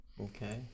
Okay